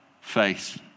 faith